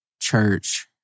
church